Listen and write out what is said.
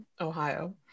Ohio